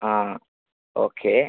ആ ഓക്കെ